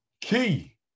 Key